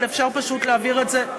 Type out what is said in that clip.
אבל אפשר פשוט להעביר את זה,